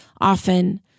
often